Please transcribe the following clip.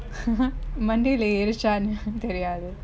மண்டைல ஏறுச்சானு தெரியாது:mandaile eruchaanu teriyathu